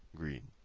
green.